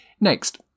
Next